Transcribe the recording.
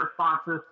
responses